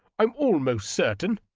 i'm almost certain,